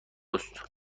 است